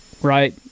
Right